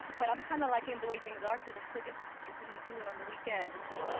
but i'm kind of liking the way things are cause i still get to dip it and do it on the weekends.